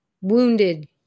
wounded